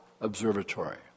Observatory